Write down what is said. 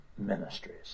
ministries